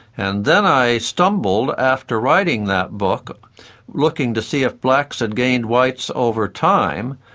and then i stumbled after writing that book looking to see if blacks had gained whites over time,